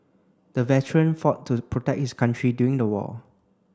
the veteran fought to protect his country during the war